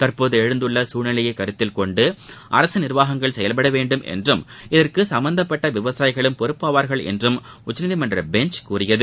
தற்போது எழுந்துள்ள சூழ்நிலையைக் கருத்தில்கொண்டு அரசு நிர்வாகங்கள் செயல்பட வேண்டும் என்றும் இதற்கு சம்மந்தப்பட்ட விவசாயிகளும் பொறுப்பாவார்கள் என்றும் உச்சநீதிமன்ற பெஞ்ச் கூறியது